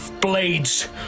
blades